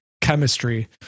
chemistry